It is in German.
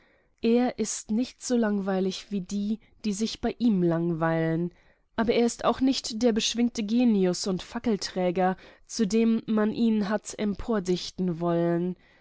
er ist nicht so langweilig wie die die sich bei ihm langweilen aber er ist auch nicht der beschwingte genius und fackelträger zu dem man ihn hat empordichten wollen